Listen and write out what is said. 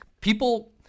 People